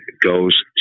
goes